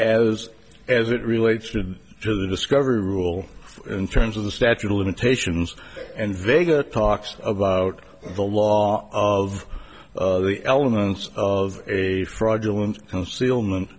as as it relates to the discovery rule in terms of the statute of limitations and vega talks about the law of the elements of a fraudulent concealment